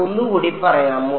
ഒന്നുകൂടി പറയാമോ